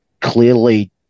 clearly